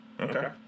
Okay